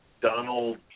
Donald